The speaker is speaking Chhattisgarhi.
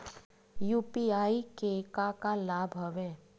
यू.पी.आई के का का लाभ हवय?